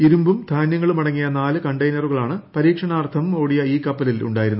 ഇരുമ്പും ധാന്യങ്ങളും അടങ്ങിയ നാല് കണ്ടയിനറുകളാണ് പരീക്ഷണാർത്ഥം ഓടിയ ഈ കപ്പലിൽ ഉണ്ടായിരുന്നത്